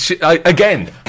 Again